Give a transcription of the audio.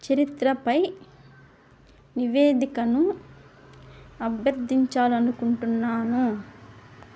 చరిత్రపై నివేదికను అభ్యర్థించాలి అనుకుంటున్నాను